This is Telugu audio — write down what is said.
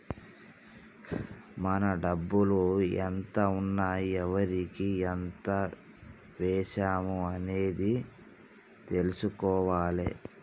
మన డబ్బులు ఎంత ఉన్నాయి ఎవరికి ఎంత వేశాము అనేది తెలుసుకోవాలే